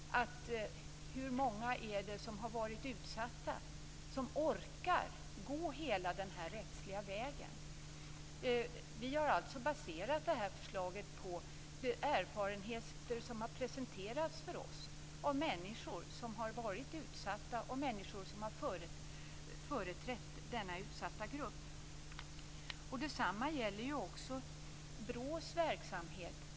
Hur många av dem som har varit utsatta orkar gå hela den här rättsliga vägen? Vi har alltså baserat det här förslaget på de erfarenheter som har presenterats för oss av människor som har varit utsatta och av människor som har företrätt denna utsatta grupp. Detsamma gäller också BRÅ:s verksamhet.